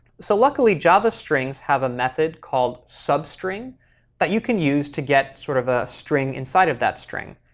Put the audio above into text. so luckily, java strings have a method called substring that you can use to get sort of a string inside of that string.